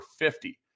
50